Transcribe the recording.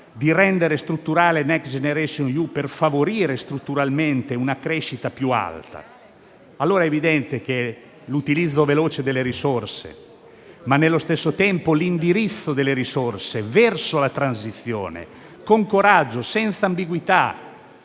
di rendere strutturale Next generation EU per favorire strutturalmente una crescita più alta. È evidente che l'utilizzo veloce delle risorse e, nello stesso tempo, l'indirizzo delle risorse verso la transizione vanno perseguiti con coraggio e senza ambiguità: